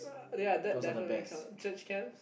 ya that definitely count church camps